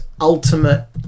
ultimate